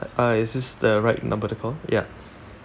uh is this the right number to call ya